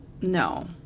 No